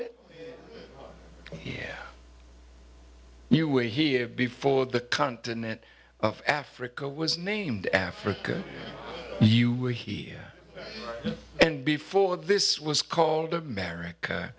it yeah you were here before the continent of africa was named africa you were here and before this was called america